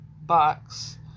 box